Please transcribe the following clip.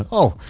but oh.